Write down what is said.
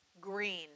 Green